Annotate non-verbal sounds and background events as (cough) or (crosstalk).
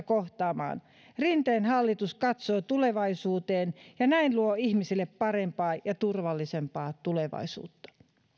(unintelligible) kohtaamaan rinteen hallitus katsoo tulevaisuuteen ja näin luo ihmisille parempaa ja turvallisempaa tulevaisuutta